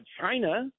China